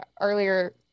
earlier